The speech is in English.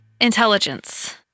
Intelligence